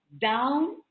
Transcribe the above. down